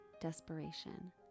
desperation